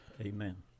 amen